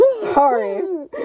Sorry